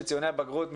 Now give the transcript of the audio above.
של ציוני הבגרות,